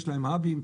יש להם "האבים".